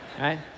right